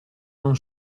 non